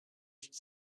should